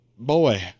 boy